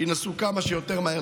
שינסו להחזיר כמה שיותר מהר.